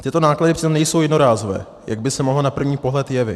Tyto náklady přitom nejsou jednorázové, jak by se mohlo na první pohled jevit.